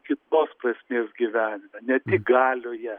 kitos prasmės gyvenime ne tik galioje